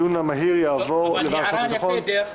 הדיון המהיר יעבור לוועדת חוץ וביטחון.